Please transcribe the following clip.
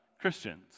Christians